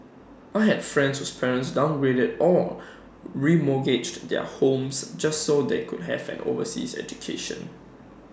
I had friends whose parents downgraded or remortgaged their homes just so they could have an overseas education